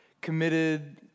committed